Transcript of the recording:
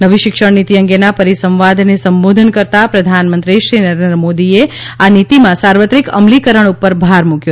નવી શિક્ષણનીતિ અંગેના પરિસંવાદને સંબોધન કરતાં પ્રધાનમંત્રી શ્રી નરેન્દ્ર મોદીએ આ નીતિનાં સાર્વત્રિક અમલીકરણ ઉપર ભાર મૂક્યો